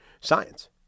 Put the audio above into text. science